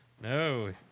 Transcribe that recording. no